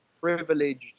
privileged